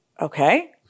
Okay